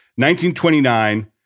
1929